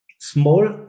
small